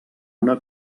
una